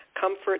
comfort